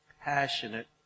passionate